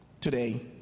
today